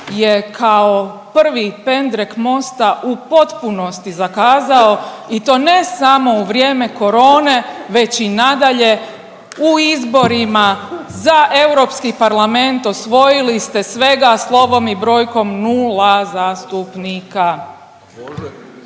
je kao prvi pendrek Mosta u potpunosti zakazao i to ne samo u vrijeme corone već i nadalje u izborima za Europski parlament osvojili ste svega slovom i brojkom nula zastupnika.